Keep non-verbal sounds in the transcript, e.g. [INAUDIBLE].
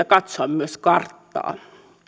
[UNINTELLIGIBLE] katsoa myös karttaa